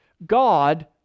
God